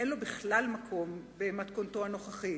אין לו בכלל מקום במתכונתו הנוכחית.